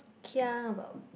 kia about